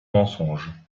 mensonges